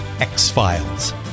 X-Files